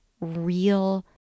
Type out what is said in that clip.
real